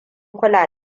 kula